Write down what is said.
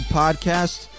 podcast